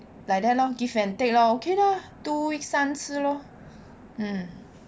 like that lor give and take lor okay lor two weeks 三次 lor mm